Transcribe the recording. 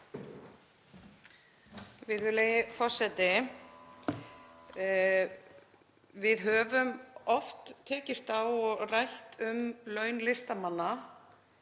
Við höfum oft tekist á og rætt um laun listamanna,